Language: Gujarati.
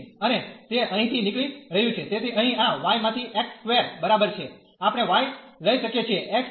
અને તે અહીંથી નીકળી રહ્યું છે તેથી અહીં આ y માંથી x સ્કવેર બરાબર છે આપણે y લઈ શકીએ છીએ x એ બરાબર √ y છે